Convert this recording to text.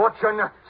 Fortune